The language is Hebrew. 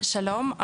שלום,